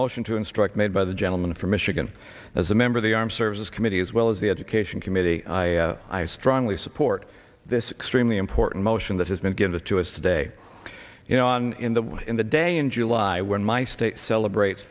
motion to instruct made by the gentleman from michigan as a member of the armed services committee as well as the education committee i strongly support this extremely important motion that has been given to us today you know on in the day in july when my state celebrates